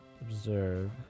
observe